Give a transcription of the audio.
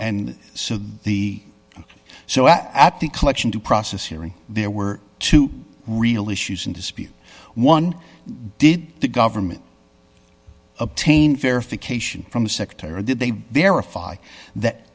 and so the so at at the collection due process hearing there were two real issues in dispute one did the government obtain verification from the secretary or did they verify that